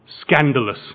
scandalous